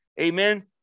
amen